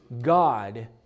God